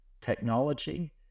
technology